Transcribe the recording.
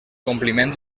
compliment